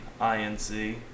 INC